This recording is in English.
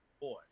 boy